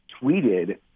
tweeted